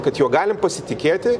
kad juo galim pasitikėti